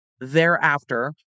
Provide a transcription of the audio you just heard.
Thereafter